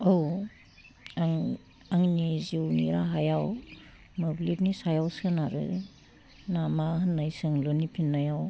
औ आं आंनि जिउनि राहायाव मोब्लिबनि सायाव सोनारो नामा होननाय सोंलुनि फिन्नायाव